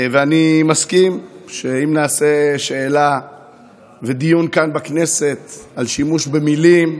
ואני מסכים שאם נעשה שאלה ודיון כאן בכנסת על שימוש במילים,